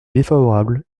défavorables